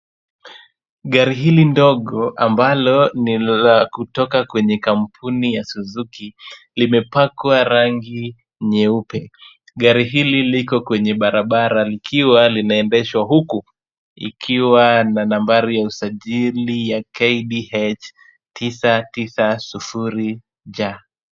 Gari hili ndogo ambalo ni la kutoka kwenye kampuni ya suzuki, limepakwa rangi nyeupe. Gari hili liko kwenye barabara likiwa linaendeshwa huku ikiwa na nambari ya usajili ya KDH 990J.